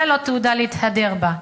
זו לא תעודה להתהדר בה.